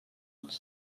els